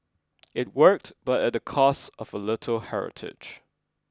it worked but at the cost of a little heritage